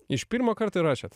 iš pirmo karto įrašėt